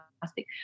fantastic